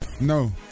No